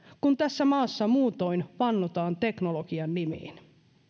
kun tässä maassa muutoin vannotaan teknologian nimeen